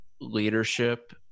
leadership